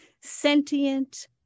sentient